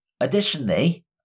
Additionally